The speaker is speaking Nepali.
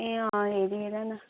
ए हेरिहेर न